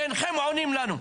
ואינכם עונים לנו.